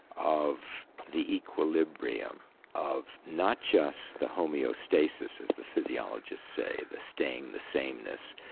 of the equilibrium of not just the homeostasis, as the physiologists say, the staying the sameness,